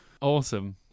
Awesome